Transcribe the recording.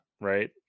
right